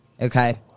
okay